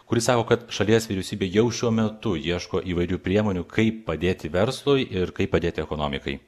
kuri sako kad šalies vyriausybė jau šiuo metu ieško įvairių priemonių kaip padėti verslui ir kaip padėti ekonomikai